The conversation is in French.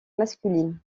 masculines